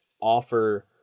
offer